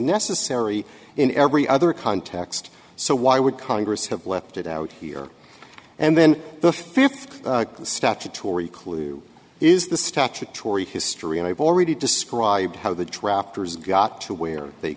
necessary in every other context so why would congress have left it out here and then the fifth the statutory clue is the statutory history and i've already described how the drafters got to where they